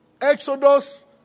Exodus